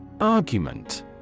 Argument